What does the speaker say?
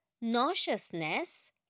nauseousness